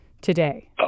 today